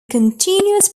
continuous